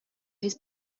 his